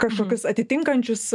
kažkokius atitinkančius